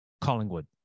Collingwood